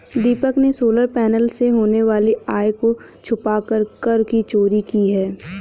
दीपक ने solar panel से होने वाली आय को छुपाकर कर की चोरी की है